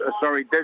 sorry